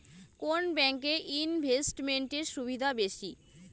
কোন ব্যাংক এ ইনভেস্টমেন্ট এর সুবিধা বেশি?